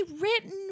written